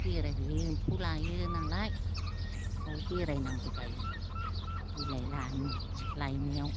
बेरायहैयो एम्फौ लायो नालाय बेयाव बेरायनांगौ जायो बिलाइ लायनायाव